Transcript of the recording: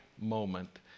moment